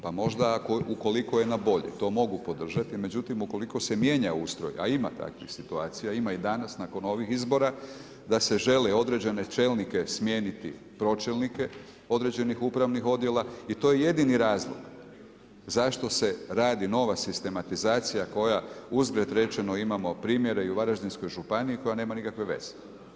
Pa možda ukoliko je na bolje, to mogu podržati, međutim ukoliko se mijenja ustroj, a ima takvih situacija, ima i danas nakon ovih izbora da se žele određene čelnike smijeniti pročelnike određenih upravnih odjela i to je jedini razlog zašto se radi nova sistematizacija koja uzgred rečeno imamo primjere i u Varaždinskoj županiji koja nema nikakve veze.